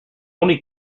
only